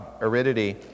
aridity